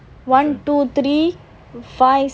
one two three five